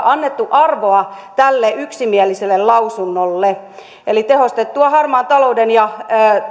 annettu arvoa tälle yksimieliselle lausunnolle eli tehostettua harmaan talouden ja